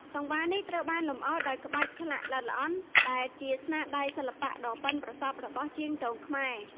សង្វារត្រូវបានលម្អដោយ ក្បាច់ឆ្លាក់ល្អិតល្អន់ ដែលជាស្នាដៃសិល្បៈដ៏ប៉ិនប្រសប់របស់ជាងទងខ្មែរ។